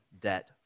debt